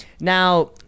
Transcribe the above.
Now